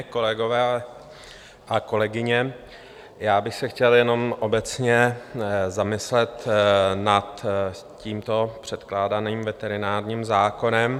Kolegové a kolegyně, já bych se chtěl jenom obecně zamyslet nad tímto předkládaným veterinárním zákonem.